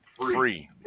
free